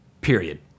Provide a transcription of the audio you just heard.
period